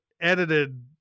edited